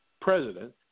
President